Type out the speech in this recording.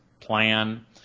plan